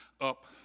up